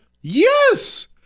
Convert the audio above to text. Yes